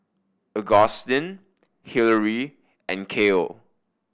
Augustin Hillery and Cael